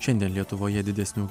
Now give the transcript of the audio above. šiandien lietuvoje didesnių